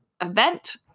event